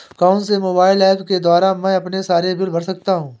कौनसे mobile apps के द्वारा मैं अपने सारे बिल भर सकता हूं?